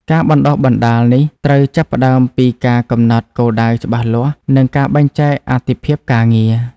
ការបណ្តុះបណ្តាលនេះត្រូវចាប់ផ្តើមពីការកំណត់គោលដៅច្បាស់លាស់និងការបែងចែកអាទិភាពការងារ។